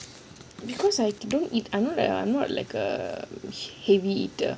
because I I know that I'm not like a heavy eater